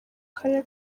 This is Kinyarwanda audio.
karere